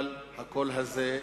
אבל הקול הזה,